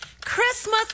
Christmas